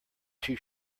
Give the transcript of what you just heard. too